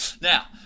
now